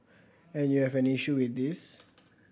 and you have an issue with this